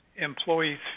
employees